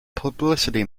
publicity